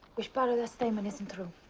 which part of this statement isn't true?